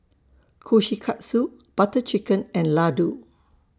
Kushikatsu Butter Chicken and Ladoo